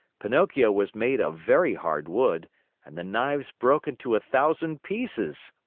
pinocchio was made of very hard wood and the knives broke into a thousand pieces.